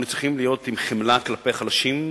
צריכים להיות עם חמלה כלפי החלשים,